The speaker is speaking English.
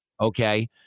okay